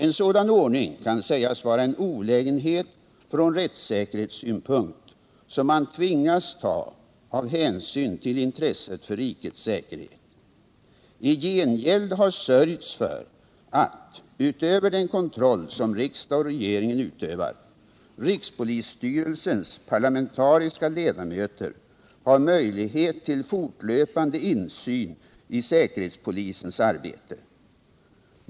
En sådan ordning kan sägas vara en olägenhet från rättssäkerhetssynpunkt, som man tvingas ta av hänsyn till intresset för rikets säkerhet. I gengäld har sörjts för att — utöver den kontroll som riksdag och regering utövar — rikspolisstyrelsens parlamentariska ledamöter har möjlighet till fortlöpande insyn i säkerhetspolisens arbete.